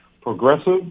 progressive